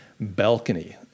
balcony